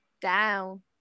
Down